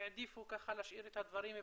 והעדיפו ככה להשאיר את הדברים?